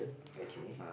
okay